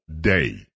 day